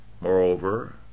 Moreover